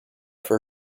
for